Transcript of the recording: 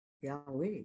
Yahweh